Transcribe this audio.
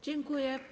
Dziękuję.